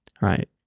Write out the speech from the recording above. Right